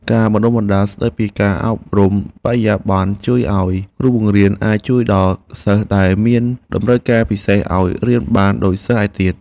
ការបណ្តុះបណ្តាលស្តីពីការអប់រំបរិយាបន្នជួយឱ្យគ្រូបង្រៀនអាចជួយដល់សិស្សដែលមានតម្រូវការពិសេសឱ្យរៀនបានដូចសិស្សឯទៀត។